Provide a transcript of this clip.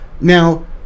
now